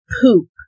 poop